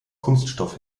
kunststoff